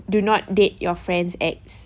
do not date your friend's ex